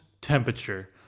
temperature